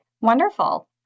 Wonderful